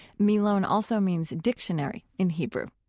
milon also means dictionary in hebrew